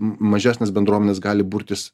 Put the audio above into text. mažesnės bendruomenės gali burtis